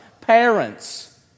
Parents